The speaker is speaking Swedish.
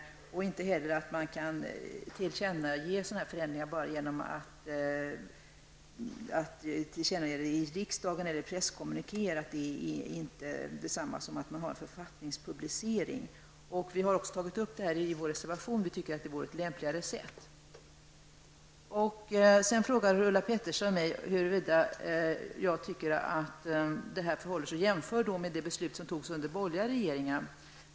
Man kan inte heller tillkännage förändringar bara genom att tala om dem i riksdagen eller i presskommunikéer. Det är inte detsamma som en författningspublicering. Det vore ett lämpligare sätt, och vi har tagit upp detta i vår reservation. Ulla Pettersson frågade mig vad jag tycker om det beslut som fattades under den borgerliga tiden.